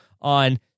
on